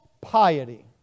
piety